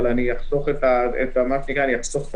אבל אחסוך את התלונות